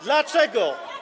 Dlaczego?